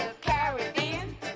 Caribbean